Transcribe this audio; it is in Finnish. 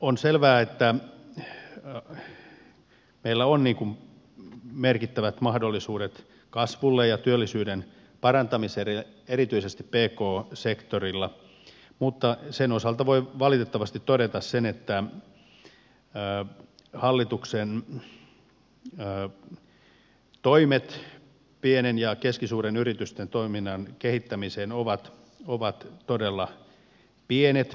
on selvää että meillä on merkittävät mahdollisuudet kasvulle ja työllisyyden parantamiseen erityisesti pk sektorilla mutta sen osalta voi valitettavasti todeta sen että hallituksen toimet pienten ja keskisuurten yritysten toiminnan kehittämiseen ovat todella pienet